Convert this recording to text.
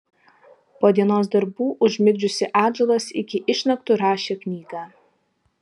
po dienos darbų užmigdžiusi atžalas iki išnaktų rašė knygą